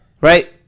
Right